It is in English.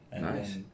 Nice